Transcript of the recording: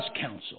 counsel